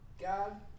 God